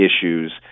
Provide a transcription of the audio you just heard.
issues